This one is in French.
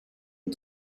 est